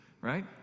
right